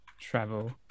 travel